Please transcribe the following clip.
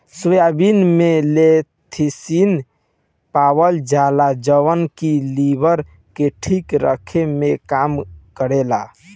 soybean में lecithin पावल जाला जवन की लीवर के ठीक रखे में काम करेला